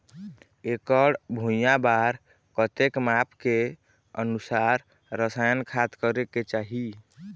एकड़ भुइयां बार कतेक माप के अनुसार रसायन खाद करें के चाही?